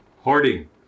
hoarding